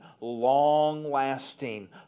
long-lasting